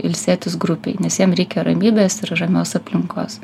ilsėtis grupėj nes jiem reikia ramybės ir ramios aplinkos